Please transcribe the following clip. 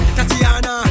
Tatiana